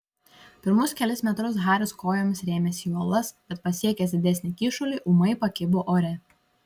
pirmus kelis metrus haris kojomis rėmėsi į uolas bet pasiekęs didesnį kyšulį ūmai pakibo ore